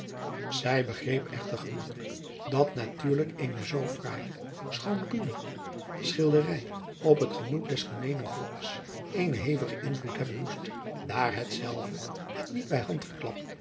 ij begreep echter gemakkelijk dat natuurlijk eene zoo fraaije schoon ruwe schilderij op het gemoed des gemeenen volks eenen hevigen invloed hebben moest daar hetzelve het niet bij